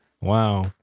Wow